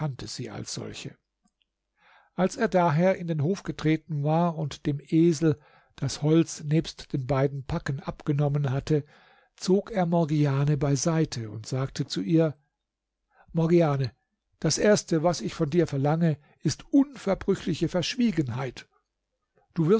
sie als solche als er daher in den hof getreten war und dem esel das holz nebst den beiden packen abgenommen hatte zog er morgiane beiseite und sagte zu ihr morgiane das erste was ich von dir verlange ist unverbrüchliche verschwiegenheit